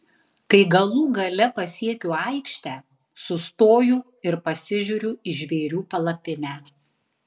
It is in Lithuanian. kai galų gale pasiekiu aikštę sustoju ir pasižiūriu į žvėrių palapinę